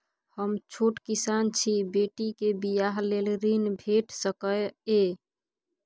हम छोट किसान छी, बेटी के बियाह लेल ऋण भेट सकै ये?